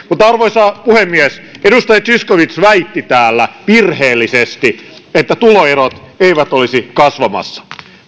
mutta arvoisa puhemies edustaja zyskowicz väitti täällä virheellisesti että tuloerot eivät olisi kasvamassa